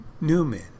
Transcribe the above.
Newman